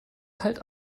kalt